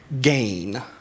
gain